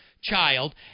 child